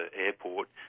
airport